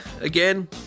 again